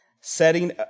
setting